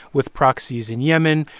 with proxies in yemen,